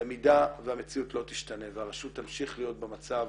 במידה והמציאות לא תשתנה והרשות תמשיך להיות במצב